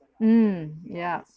mm ya